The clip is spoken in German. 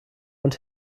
und